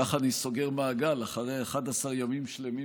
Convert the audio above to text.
ככה אני סוגר מעגל אחרי 11 ימים שלמים